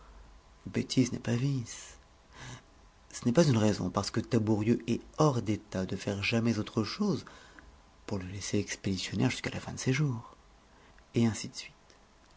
bêtise n'est pas vice ce n'est pas une raison parce que tabourieux est hors d'état de faire jamais autre chose pour le laisser expéditionnaire jusqu'à la fin de ses jours et ainsi de suite